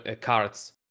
cards